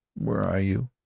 where are you?